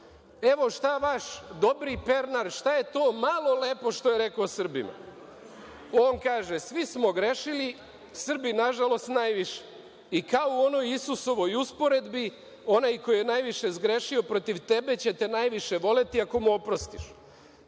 šta vaš dobri Pernar, šta je to malo lepo što je rekao o Srbima. On kaže – svi smo grešili, Srbi nažalost najviše. I kao u onoj Isusovoj usporedbi – onaj koji je najviše zgrešio protiv tebe ćete najviše voleti ako mu oprostiš.